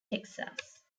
texas